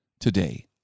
Today